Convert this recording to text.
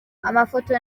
amafoto